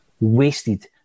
wasted